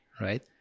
right